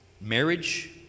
marriage